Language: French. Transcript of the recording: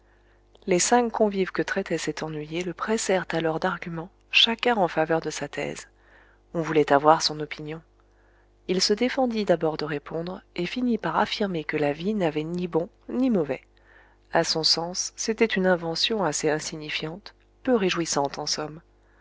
les cinq convives que traitait cet ennuyé le pressèrent alors d'arguments chacun en faveur de sa thèse on voulait avoir son opinion il se défendit d'abord de répondre et finit par affirmer que la vie n'avait ni bon ni mauvais a son sens c'était une invention assez insignifiante peu réjouissante en somme